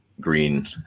green